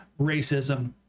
racism